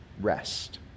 rest